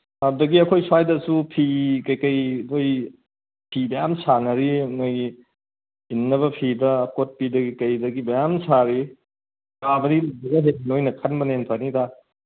ꯑꯗꯒꯤ ꯑꯩꯈꯣꯏ ꯁ꯭ꯋꯥꯏꯗꯁꯨ ꯐꯤ ꯀꯩꯀꯩ ꯑꯩꯈꯣꯏ ꯐꯤ ꯃꯌꯥꯝ ꯁꯥꯅꯔꯤ ꯅꯣꯏꯒꯤ ꯏꯟꯅꯕ ꯐꯤꯗ ꯑꯀꯣꯠꯄꯤꯗꯒꯤ ꯀꯩꯗꯒꯤ ꯃꯌꯥꯝ ꯁꯥꯔꯤ ꯅꯣꯏꯅ ꯈꯟꯕꯅ ꯍꯦꯟꯅ ꯐꯅꯤꯗ